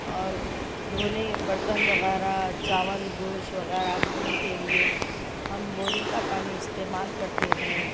اور دھونے برتن وغیرہ چاول گوشت وغیرہ دھونے کے لیے ہم بورنگ کا پانی استعمال کرتے ہیں